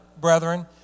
brethren